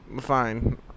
fine